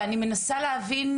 ואני מנסה להבין,